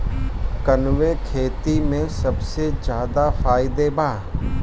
कवने खेती में सबसे ज्यादा फायदा बा?